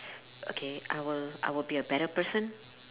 okay I will I will be a better person